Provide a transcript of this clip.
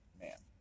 man